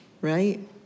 Right